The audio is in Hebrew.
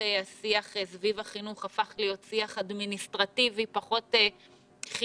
השיח סביב החינוך הפך להיות שיח אדמיניסטרטיבי ופחות חינוכי,